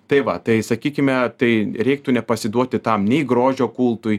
tai va tai sakykime tai reiktų nepasiduoti tam nei grožio kultui